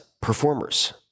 performers